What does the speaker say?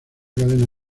cadena